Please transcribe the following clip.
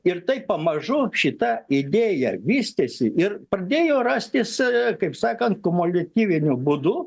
ir taip pamažu šita idėja vystėsi ir pradėjo rastis kaip sakant kumuliatyviniu būdu